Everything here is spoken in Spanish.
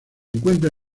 encuentra